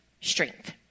strength